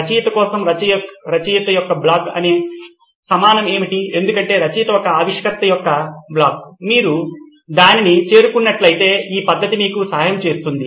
రచయిత కోసం రచయిత యొక్క బ్లాక్కు సమానం ఏమిటి ఎందుకంటే రచయిత ఒక ఆవిష్కర్త యొక్క బ్లాక్ మీరు దానిని చేరుకున్నట్లయితే ఈ పద్ధతి మీకు సహాయం చేస్తుంది